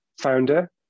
founder